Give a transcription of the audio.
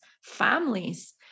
families